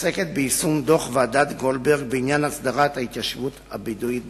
עוסקת ביישום דוח ועדת-גולדברג בעניין הסדרת ההתיישבות הבדואית בנגב.